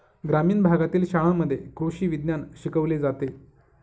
ग्रामीण भागातील शाळांमध्ये कृषी विज्ञान शिकवले जाते